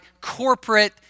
corporate